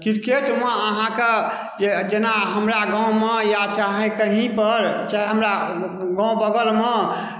क्रिकेटमे अहाँके जेना हमरा गाँवमे या चाहे कहीँ पर चाहे हमरा गाँव बगलमे